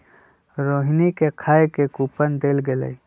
रोहिणी के खाए के कूपन देल गेलई